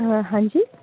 હા હાજી